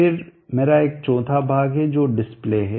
फिर मेरा एक चौथा भाग है जो डिस्प्ले है